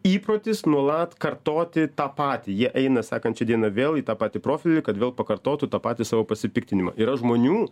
įprotis nuolat kartoti tą patį jie eina sekančią dieną vėl į tą patį profilį kad vėl pakartotų tą patį savo pasipiktinimą yra žmonių